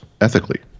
ethically